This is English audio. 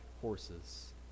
horses